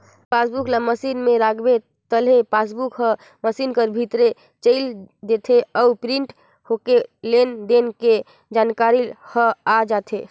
passbook ल machine में राखबे ताहले पासबुक हर मसीन कर भीतरे चइल देथे अउ प्रिंट होके लेन देन के जानकारी ह आ जाथे